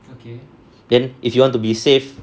then if you want to be safe